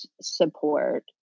support